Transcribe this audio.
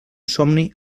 somni